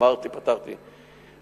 ואמרתי ופתחתי,